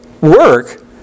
work